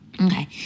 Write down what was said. Okay